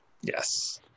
Yes